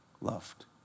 loved